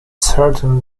certain